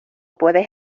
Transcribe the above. puedes